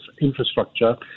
infrastructure